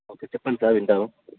okay చెప్పండి sir వింటాను